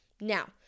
Now